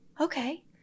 okay